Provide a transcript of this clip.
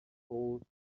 caused